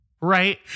Right